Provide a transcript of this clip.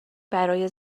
برای